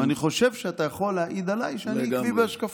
ואני חושב שאתה יכול להעיד עליי שאני עקבי בהשקפותיי.